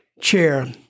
chair